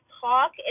talk